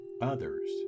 Others